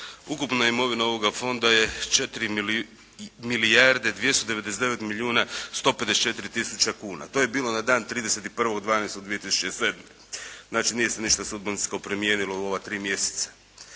ukupna imovina ovoga fonda je 4 milijarde 299 milijuna 154 tisuće kuna. To je bilo na dan 31.12.2007. Znači, nije se ništa …/Govornik se ne razumije./… promijenilo u ova tri mjeseca.